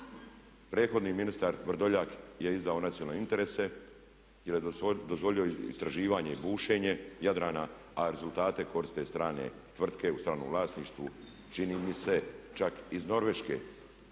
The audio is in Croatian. Prethodni ministar Vrdoljak je izdao nacionalne interese jer je dozvolio istraživanje i bušenje Jadrana a rezultate koriste strane tvrtke u stranom vlasništvu, čini mi se čak iz Norveške.